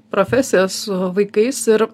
profesiją su vaikais ir